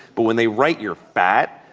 but when they write, you're fat,